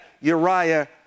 Uriah